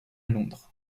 londres